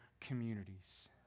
communities